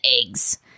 eggs